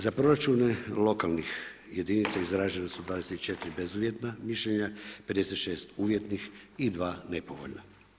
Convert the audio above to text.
Za proračune lokalnih jedinica izražena su 24 bezuvjetna mišljenja, 56 uvjetnih i 2 nepovoljna.